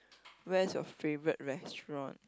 where's your favourite restaurant